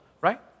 Right